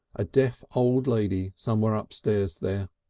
a deaf old lady somewhere upstairs there!